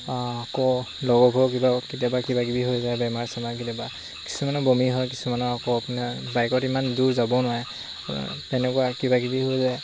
আকৌ লগৰবোৰ কিবা কেতিয়াবা কিবাকিবি হৈ যায় বেমাৰ চেমাৰ কেতিয়াবা কিছুমানৰ বমি হয় কিছুমানৰ আকৌ আপোনাৰ বাইকত ইমান দূৰ যাবও নোৱাৰে তেনেকুৱা কিবাকিবি হৈ যায়